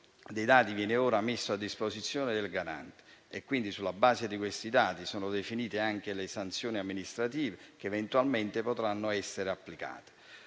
dei dati viene ora messo a disposizione del Garante e sulla base degli stessi sono definite anche le sanzioni amministrative che eventualmente dovranno essere applicate.